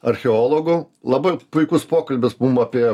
archeologu labai puikus pokalbis mum apie